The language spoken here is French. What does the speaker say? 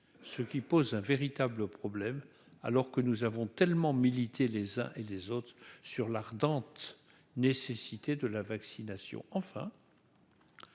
ce qui pose un véritable problème alors que nous avons tellement milité les uns et les autres sur l'ardente nécessité de la vaccination,